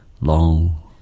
long